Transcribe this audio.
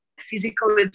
physical